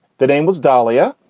the name was dahlia.